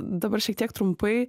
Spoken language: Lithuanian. dabar šiek tiek trumpai